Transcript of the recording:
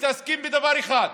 מתעסקים בדבר אחד,